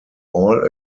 all